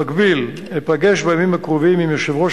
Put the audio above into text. במקביל אפגש בימים הקרובים עם יושב-ראש